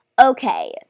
Okay